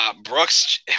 Brooks